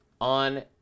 on